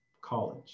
college